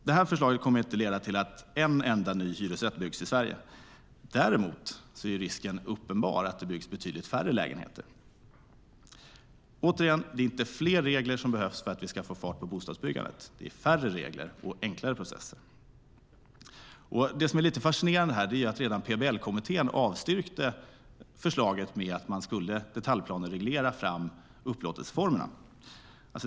Det förslaget kommer inte att leda till att en enda ny hyresrätt byggs i Sverige. Däremot är risken uppenbar att det byggs betydligt färre lägenheter. Återigen: Det är inte fler regler som behövs för att vi ska få fart på bostadsbyggandet, utan det är färre regler och enklare processer. Det som är lite fascinerande är att redan PBL-kommittén avstyrkte förslaget att man skulle detaljplanereglera fram upplåtelseformerna.